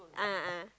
a'ah